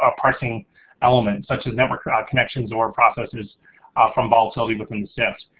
ah parsing element, such as network ah connections or processes from volatility within the sift.